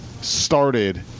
started –